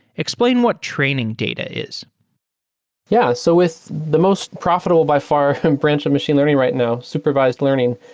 explain what training data is yeah. so with the most profitable by far branch of machine learning right now, supervised learning,